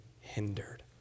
hindered